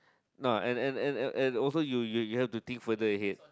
no and and and and and also you you you have to think further ahead